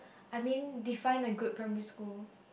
I mean define a good primary school